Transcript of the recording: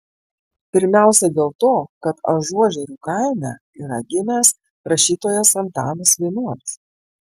pirmiausiai dėl to kad ažuožerių kaime yra gimęs rašytojas antanas vienuolis